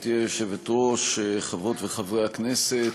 גברתי היושבת-ראש, חברות וחברי הכנסת,